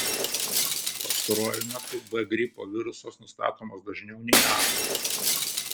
pastaruoju metu b gripo virusas nustatomas dažniau nei a